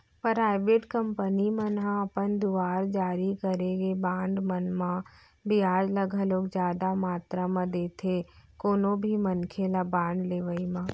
private company मन ह अपन दुवार जारी करे गे बांड मन म बियाज ल घलोक जादा मातरा म देथे कोनो भी मनखे ल बांड लेवई म